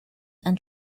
and